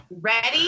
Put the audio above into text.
Ready